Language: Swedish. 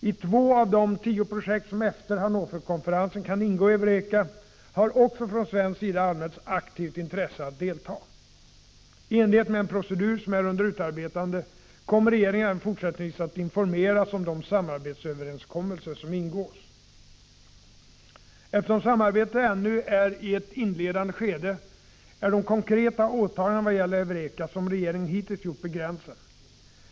I två av de tio projekt som efter Hannoverkonferensen kan ingå i EUREKA har också från svensk sida anmälts aktivt intresse att delta. I enlighet med en procedur som är under utarbetande kommer regeringen även fortsättningsvis att informeras om de samarbetsöverenskommelser som ingås. Eftersom samarbetet ännu är i ett inledande skede är de konkreta åtaganden vad gäller EUREKA som regeringen hittills gjort begränsade.